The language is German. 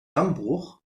dammbruch